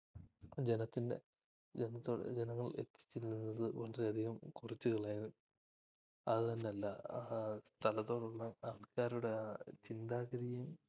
ജനത്തിൻ്റെ ജനത്തോട് ജനങ്ങൾ എത്തിച്ചേരുന്നത് കൊണ്ട് വളരെ അധികം കുറച്ചേ ഉള്ളായിരുന്നു അത് തന്നെ അല്ല ആ സ്ഥലത്തോട്ടുള്ള ആൾക്കാരുടെ ആ ചിന്താഗതിയും